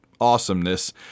awesomeness